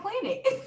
Planet